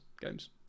games